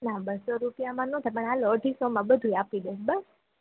ના બસ્સો રૂપિયામાં ના થાય પણ હાલો અઢીસોમાં બધુંય આપી દઈશું બસ